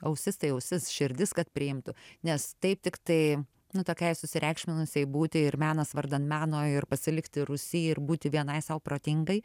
ausis tai ausis širdis kad priimtų nes taip tiktai nu takiai susireikšminusiai būti ir menas vardan meno ir pasilikti rūsy ir būti vienai sau protingai